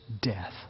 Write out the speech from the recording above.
death